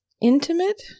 intimate